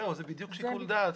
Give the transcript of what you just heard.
זה בדיוק שיקול דעת.